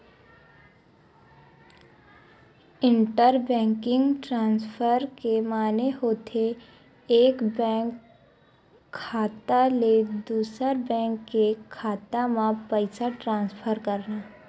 inter banking transfer के माने होथे एक बेंक खाता ले दूसर बेंक के खाता म पइसा ट्रांसफर करना